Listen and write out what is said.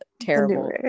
terrible